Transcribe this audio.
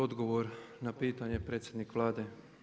Odgovor na pitanje predsjednik Vlade.